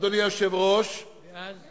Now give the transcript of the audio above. אדוני היושב-ראש, ואז?